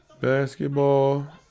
Basketball